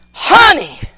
Honey